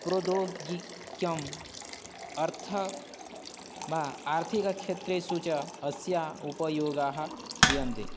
प्रौद्योगिकम् अर्थ बा आर्थिकक्षेत्रेषु च अस्याः उपयोगाः क्रियन्ते